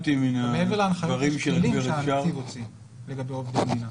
מעבר להנחיות --- שהנציב הוציא לגבי עובדי מדינה.